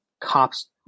cops